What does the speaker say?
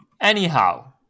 Anyhow